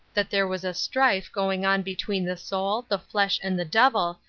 that there was a strife going on between the soul, the flesh and the devil,